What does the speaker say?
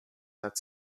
that